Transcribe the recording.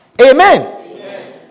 Amen